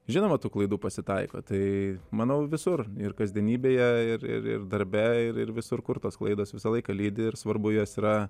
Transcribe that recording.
žinoma tų klaidų pasitaiko tai manau visur ir kasdienybėje ir ir darbe ir ir visur kur tos klaidos visą laiką lydi ir svarbu jas yra